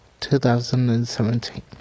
2017